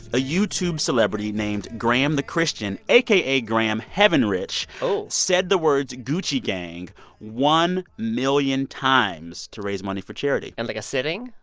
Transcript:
a youtube celebrity named graham the christian aka graham heavenrich. oh. said the words gucci gang one million times to raise money for charity in, and like, a sitting?